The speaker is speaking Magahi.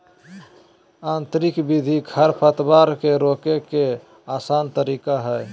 यांत्रिक विधि खरपतवार के रोके के आसन तरीका हइ